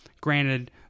granted –